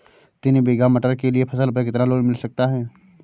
तीन बीघा मटर के लिए फसल पर कितना लोन मिल सकता है?